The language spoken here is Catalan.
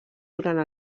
durant